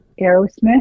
Aerosmith